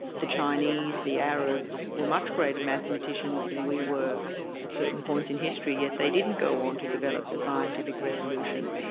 the chinese, the arabs were much greater mathematicians than we were at certain points in history yet they didn't go on to develop the scientific revolution.